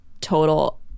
total